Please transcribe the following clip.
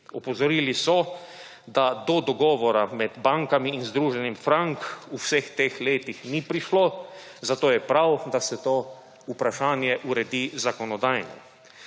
Opozorili so, da do dogovora med bankami in Združenjem Frank v vseh teh letih ni prišlo, zato je prav, da se to vprašanje uredi zakonodajno.